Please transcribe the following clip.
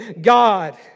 God